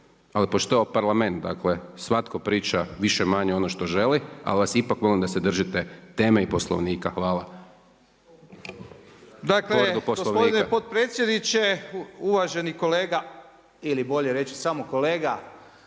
ali pošto je ovo Parlament, dakle svatko priča više-manje ono što želi, ali vas ipak molim da se držite teme i Poslovnika. Hvala. **Miljenić, Orsat (SDP)** Dakle, gospodine potpredsjedniče, uvaženi kolega ili bolje reći samo kolega